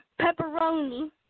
Pepperoni